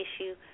issue